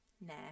Nah